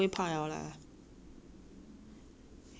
你鼻子进水多几次就不会怕 liao lah